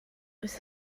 oes